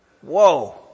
Whoa